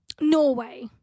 Norway